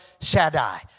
Shaddai